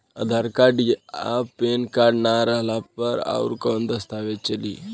आधार card आ PAN card ना रहला पर अउरकवन दस्तावेज चली?